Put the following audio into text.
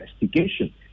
investigation